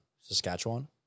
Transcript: Saskatchewan